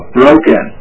broken